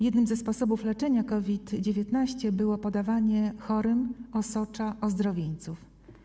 Jednym ze sposobów leczenia COVID-19 było podawanie chorym osocza ozdrowieńców.